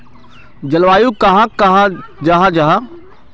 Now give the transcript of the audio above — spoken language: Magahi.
जलवायु कहाक कहाँ जाहा जाहा?